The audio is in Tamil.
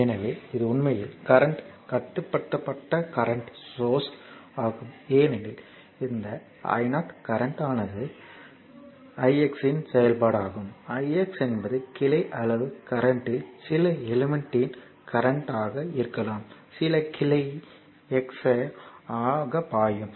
எனவே இது உண்மையில் கரண்ட் கட்டுப்படுத்தப்பட்ட கரண்ட் சோர்ஸ் ஆகும் ஏனெனில் இந்த i 0 கரண்ட் ஆனது கரண்ட் i x இன் செயல்பாடாகும் i x என்பது கிளை அளவு கரண்ட் ல் சில எலிமெண்ட் இன் கரண்ட் ஆக இருக்கலாம் சில கிளை x a பாயும்